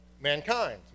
mankind